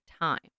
time